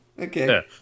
Okay